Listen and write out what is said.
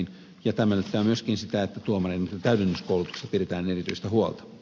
tämä edellyttää myöskin sitä että tuomareiden täydennyskoulutuksesta pidetään erityistä huolta